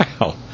Wow